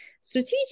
strategic